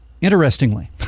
interestingly